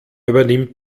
übernimmt